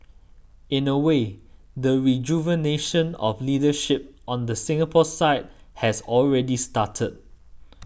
in a way the rejuvenation of leadership on the Singapore side has already started